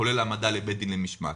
כולל העמדה לבית דין למשמעת.